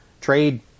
trade